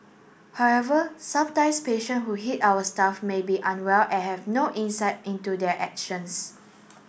however sometimes patient who hit our staff may be very unwell and have no insight into their actions